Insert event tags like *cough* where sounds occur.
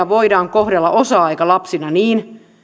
*unintelligible* voidaan kohdella osa aikalapsina niin